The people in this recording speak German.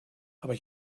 aber